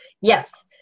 Yes